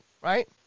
right